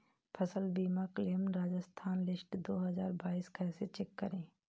फसल बीमा claim Rajasthan list दो हज़ार बाईस कैसे चेक करें?